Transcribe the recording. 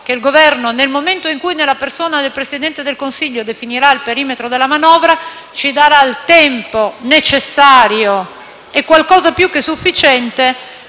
che il Governo, nel momento in cui nella persona del Presidente del Consiglio definirà il perimetro della manovra, ci dia il tempo necessario e qualcosa di più che sufficiente